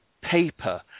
paper